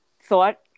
thought